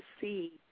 see